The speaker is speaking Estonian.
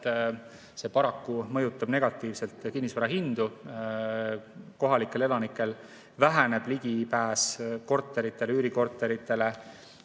see paraku mõjutab negatiivselt kinnisvarahindu. Kohalikel elanikel väheneb ligipääs korteritele, üürikorteritele,